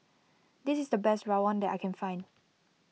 this is the best Rawon that I can find